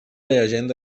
llegenda